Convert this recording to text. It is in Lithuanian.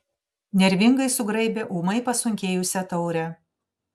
nervingai sugraibė ūmai pasunkėjusią taurę